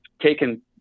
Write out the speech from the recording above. taken